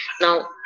Now